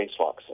spacewalks